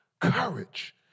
Courage